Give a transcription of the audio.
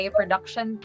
production